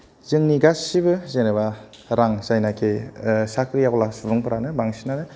जोंनि गासैबो जेन'बा रां जायनाखि साख्रिआवला सुबुंफ्रानो बांसिनानो